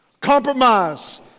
Compromise